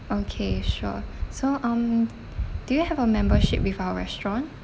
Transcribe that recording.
okay sure so um do you have a membership with our restaurant